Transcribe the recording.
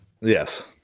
Yes